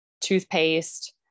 toothpaste